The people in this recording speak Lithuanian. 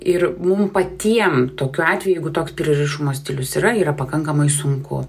ir mum patiem tokiu atveju jeigu toks prieraišumo stilius yra yra pakankamai sunku